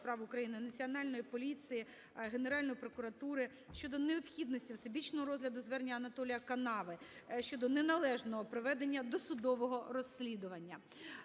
справ України, Національної поліції, Генеральної прокуратури щодонеобхідності всебічного розгляду звернення Анатолія Канави щодо неналежного проведення досудового розслідування.